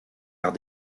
arts